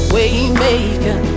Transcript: Waymaker